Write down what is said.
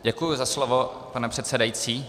Děkuji za slovo, pane předsedající.